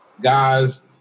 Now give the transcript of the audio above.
Guys